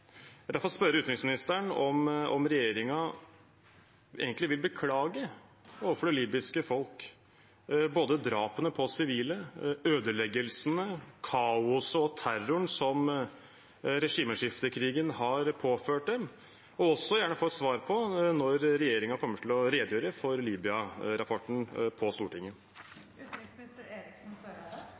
Jeg vil derfor spørre utenriksministeren om regjeringen egentlig vil beklage overfor det libyske folk både drapene på sivile, ødeleggelsene, kaoset og terroren som regimeskiftekrigen har påført dem, og også gjerne få et svar på når regjeringen kommer til å redegjøre for